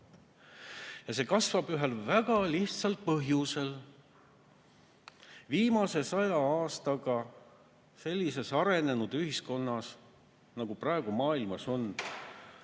See kasvab ühel väga lihtsal põhjusel: viimase saja aasta jooksul on sellises arenenud ühiskonnas, nagu praegu maailmas on,